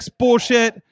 bullshit